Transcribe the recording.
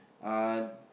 uh